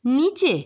নিচে